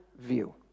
view